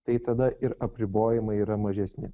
tai tada ir apribojimai yra mažesni